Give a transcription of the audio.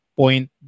point